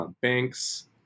banks